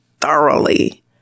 thoroughly